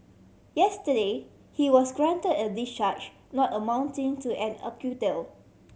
yesterday he was grant a discharge not amounting to an acquittal